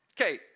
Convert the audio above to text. Okay